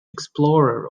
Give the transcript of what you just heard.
explorer